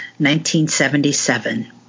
1977